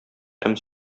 һәм